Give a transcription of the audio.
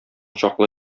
чаклы